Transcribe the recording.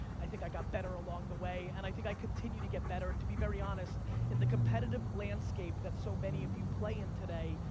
i think i got better along the way and i think i continue to get better and to be very honest in the competitive landscape that so many of you play in today,